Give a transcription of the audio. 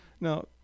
Now